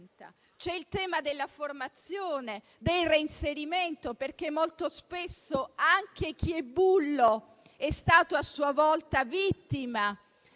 C'è il tema della formazione e del reinserimento, perché molto spesso anche chi è bullo è stato a sua volta vittima